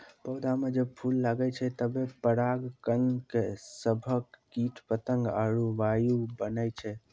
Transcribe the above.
पौधा म जब फूल लगै छै तबे पराग कण के सभक कीट पतंग आरु वायु बनै छै